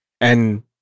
And-